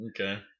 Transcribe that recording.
Okay